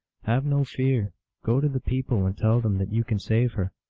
have no fear go to the people and tell them that you can save her.